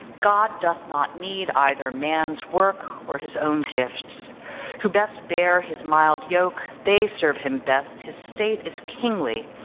god doth not need either man's work or his own gifts who best bear his mild yoke, they serve him best, his state is kingly,